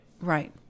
Right